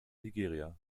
nigeria